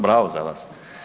Bravo za vas!